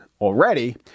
already